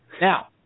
Now